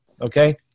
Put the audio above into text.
okay